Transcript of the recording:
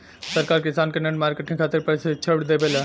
सरकार किसान के नेट मार्केटिंग खातिर प्रक्षिक्षण देबेले?